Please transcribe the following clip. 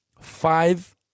five